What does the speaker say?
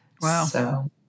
Wow